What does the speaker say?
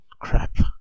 crap